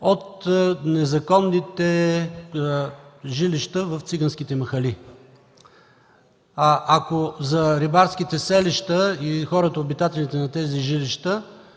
от незаконните жилища в циганските махали. Ако за рибарските селища, за хората и обитателите на тези жилища